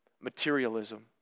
materialism